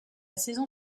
saison